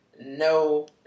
no